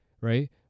Right